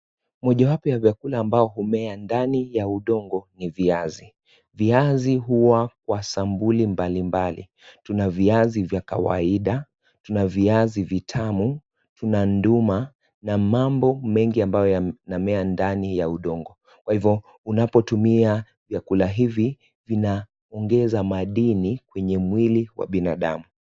Moja wapo ya vyakula ambao humea ndani ya udongo ni viazi. Viazi huwa kwa sampuli mbalimbali, tuna viazi vya kawaida, tuna viazi vitamu, tuna nduma, na mambo mengi ambayo yanamea ndani ya udongo. Kwa hivyo, unapotumia vyakula hivi vinaongeza madini kwenye mwili wa binadamu.